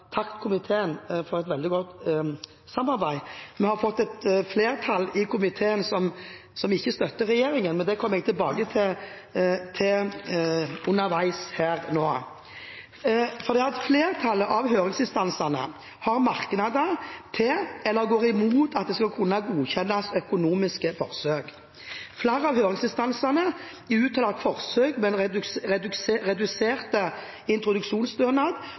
komiteen for et veldig godt samarbeid. Vi har fått et flertall i komiteen som ikke støtter regjeringen, men det kommer jeg tilbake til underveis. Flertallet av høringsinstansene har merknader til eller går imot at det skal kunne godkjennes økonomiske forsøk. Flere av høringsinstansene uttaler at forsøk med en redusert introduksjonsstønad